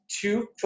two